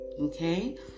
Okay